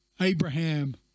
Abraham